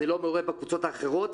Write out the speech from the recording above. אני לא מעורה בקבוצות האחרות,